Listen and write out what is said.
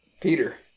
Peter